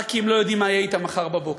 רק כי הם לא יודעים מה יהיה אתם מחר בבוקר.